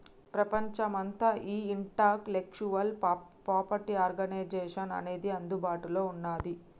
ప్రపంచమంతా ఈ intellectual property organisation అనేది అందుబాటులో ఉన్నది